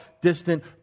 distant